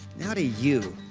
not you.